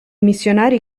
missionari